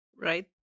right